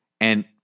And-